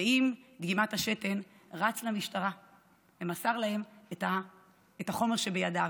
ועם דגימת השתן רץ למשטרה ומסר את החומר שבידיו.